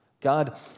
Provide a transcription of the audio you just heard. God